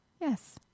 yes